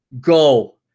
Go